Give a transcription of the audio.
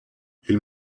ils